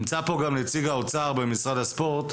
נמצא פה גם נציג האוצר במשרד הספורט.